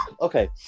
Okay